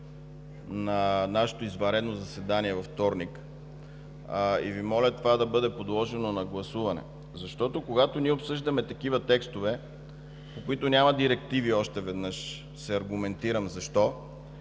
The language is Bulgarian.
на нашето извънредно заседание във вторник. Моля Ви това да бъде подложено на гласуване, защото когато обсъждаме текстове, по които няма директиви – ще се аргументирам защо